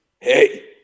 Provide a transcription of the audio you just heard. Hey